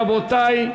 רבותי,